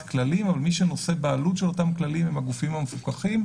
כללים אבל מי שנושא בעלות של אותם כללים הם הגופים המפוקחים.